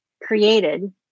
created